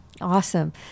awesome